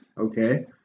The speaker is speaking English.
Okay